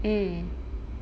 mm